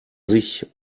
sich